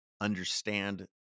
understand